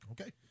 okay